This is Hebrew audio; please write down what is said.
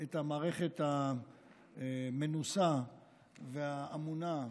את המערכת המנוסה והאמונה,